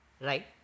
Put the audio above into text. Right